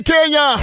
Kenya